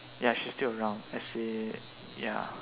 ya she's still around as in ya